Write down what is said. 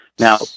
Now